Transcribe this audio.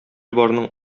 барның